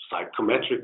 psychometric